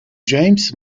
james